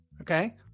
okay